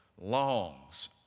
longs